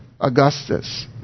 Augustus